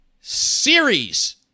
Series